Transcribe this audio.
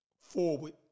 forward